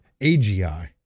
AGI